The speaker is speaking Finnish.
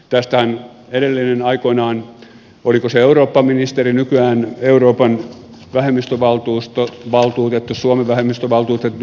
tästähän edellinen aikoinaan oliko se eurooppaministeri nykyään suomen vähemmistövaltuutettu